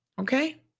Okay